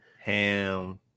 Ham